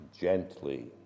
gently